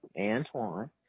Antoine